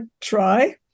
try